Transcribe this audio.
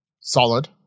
solid